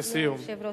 אדוני היושב-ראש.